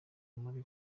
muri